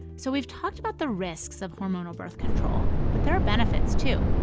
so we've talked about the risks of hormonal birth control, but there are benefits, too.